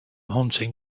hunting